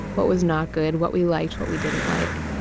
what was not good, what we liked, what we didn't like.